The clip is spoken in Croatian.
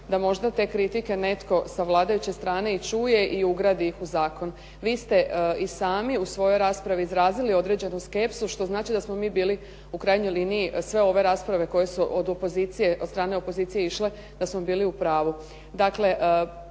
da možda te kritike netko sa vladajuće strane i čuje i ugradi ih u zakon. Vi ste i sami u svojoj raspravi izrazili određenu skepsu, što znači da smo mi bili u krajnjoj liniji sve ove rasprave koje su od opozicije, od strane opozicije išle da smo bili u pravu.